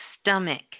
stomach